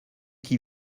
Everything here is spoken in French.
qui